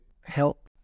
help